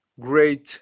great